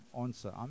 answer